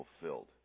fulfilled